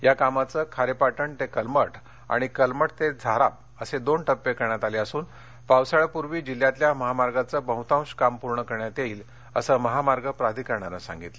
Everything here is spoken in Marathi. या कामाचे खारेपाटण ते कलमठ आणि कलमठ ते झाराप असे दोन टप्पे करण्यात आले असून पावसाळ्यापूर्वी जिल्हय़ातल्या महामार्गाचं बहुतांश काम पूर्ण करण्यात येईल असं महामार्ग प्राधिकरणानं सांगितलं